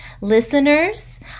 listeners